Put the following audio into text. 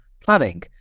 planning